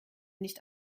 nicht